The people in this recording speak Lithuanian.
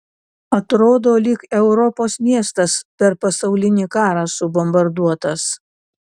atrodo lyg europos miestas per pasaulinį karą subombarduotas